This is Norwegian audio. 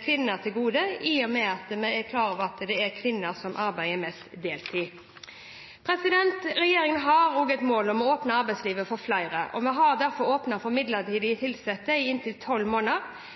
kvinner til gode, i og med at vi er klar over at det er kvinner som arbeider mest deltid. Regjeringen har også et mål om å åpne arbeidslivet for flere, og vi har derfor åpnet for midlertidig tilsetting i inntil tolv måneder.